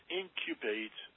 incubate